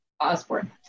Osborne